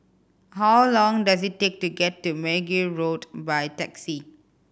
how long does it take to get to Mergui Road by taxi